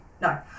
No